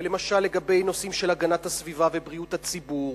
ולמשל לגבי נושאים של הגנת הסביבה ובריאות הציבור,